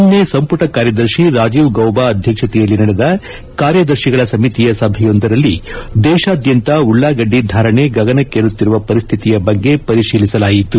ನಿನ್ನೆ ಸಂಪುಟ ಕಾರ್ಯದರ್ತಿ ರಾಜೀವ್ ಗೌಬಾ ಅಧ್ಯಕ್ಷತೆಯಲ್ಲಿ ನಡೆದ ಕಾರ್ಯದರ್ತಿಗಳ ಸಮಿತಿಯ ಸಭೆಯೊಂದರಲ್ಲಿ ದೇಶಾದ್ಯಂತ ಉಳ್ಳಾಗಡ್ಡಿ ಧಾರಣೆ ಗಗನಕ್ಷೇರುತ್ತಿರುವ ಪರಿಸ್ತಿತಿಯ ಬಗ್ಗೆ ಪರಿಶೀಲಿಸಲಾಯಿತು